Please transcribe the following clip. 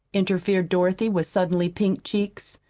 interfered dorothy, with suddenly pink cheeks.